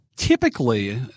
Typically